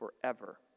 forever